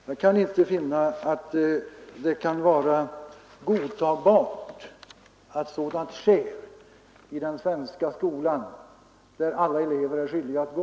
Jag kan inte finna att det kan vara godtagbart att sådant sker i den svenska skolan, där alla elever är skyldiga att gå.